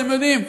אתם יודעים,